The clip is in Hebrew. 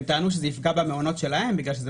הם טענו שזה יפגע במעונות שלהם בגלל שאלה